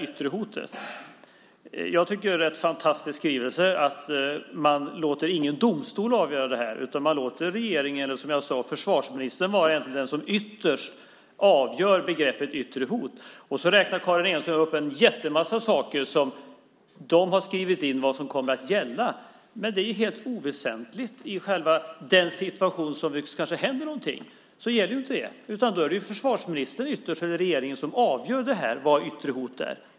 Det är en ganska fantastisk skrivelse att man inte låter någon domstol avgöra detta, utan man låter regeringen eller försvarsministern vara den som ytterst avgör vad som ligger i begreppet yttre hot. Karin Enström räknar upp en massa saker som man har skrivit in för vad som kommer att gälla. Men det är helt oväsentligt i en situation när det kanske händer något. Då gäller inte det. Då är det försvarsministern och regeringen som ytterst avgör vad yttre hot är.